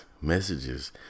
messages